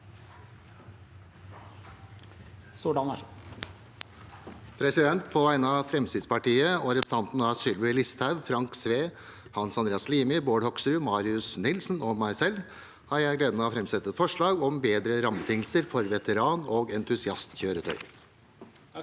På vegne av Fremskrittspartiet og representantene Sylvi Listhaug, Frank Edvard Sve, Hans Andreas Limi, Bård Hoksrud, Marius Arion Nilsen og meg selv har jeg gleden av å framsette forslag om bedre rammebetingelser for veteran- og entusiastkjøretøy.